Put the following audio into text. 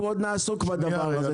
אנחנו עוד נעסוק בדבר הזה,